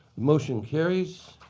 motion carries.